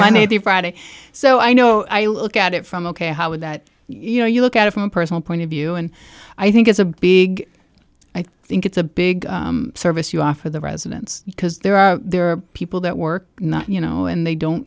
monday through friday so i know i look at it from ok how would that you know you look at it from a personal point of view and i think it's a big i think it's a big service you offer the residents because there are there are people that work not you know and they don't